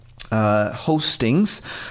hostings